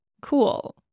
cool